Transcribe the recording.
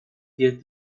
diez